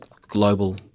global